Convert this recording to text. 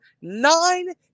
nine